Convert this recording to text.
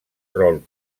rol